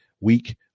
week